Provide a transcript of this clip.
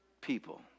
people